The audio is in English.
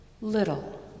little